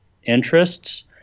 interests